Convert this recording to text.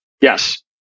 Yes